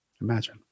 Imagine